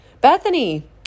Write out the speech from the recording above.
Bethany